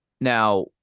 Now